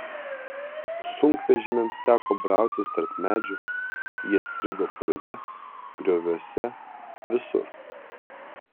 sunkvežimiams teko brautis tarp medžių jie strigo purve grioviuose visur